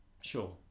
Sure